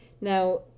Now